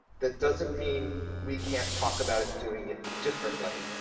that doesn't mean we can't talk about doing it differently.